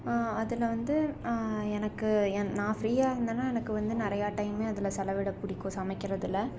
அதில் வந்து எனக்கு நான் ஃப்ரீயாக இருந்தேனா எனக்கு வந்து நிறைய டைம் அதில் செலவிட பிடிக்கும் சமைக்கிறதில்